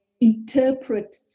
interpret